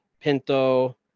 Pinto